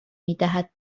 میدهد